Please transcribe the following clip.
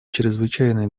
чрезвычайные